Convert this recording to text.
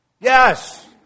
Yes